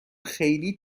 خیلی